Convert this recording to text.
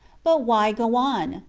but why go on?